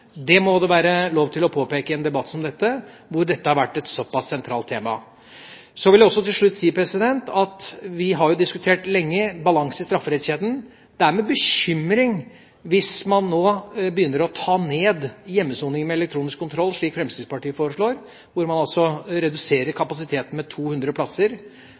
Det må det være lov til å påpeke i en debatt som denne, hvor dette har vært et såpass sentralt tema. Så vil jeg til slutt si at vi lenge har diskutert balanse i strafferettskjeden. Det bekymrer hvis man nå vil redusere hjemmesoning med elektronisk kontroll, som Fremskrittspartiet foreslår. Man vil altså redusere kapasiteten med 200 plasser,